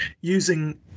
using